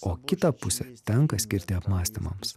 o kitą pusę tenka skirti apmąstymams